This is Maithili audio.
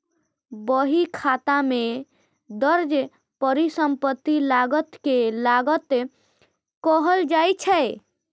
बहीखाता मे दर्ज परिसंपत्ति लागत कें लागत कहल जाइ छै